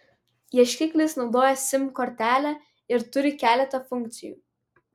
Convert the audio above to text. ieškiklis naudoja sim kortelę ir turi keletą funkcijų